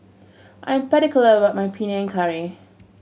I'm particular about my Panang Curry